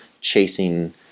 chasing